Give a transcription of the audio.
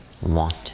want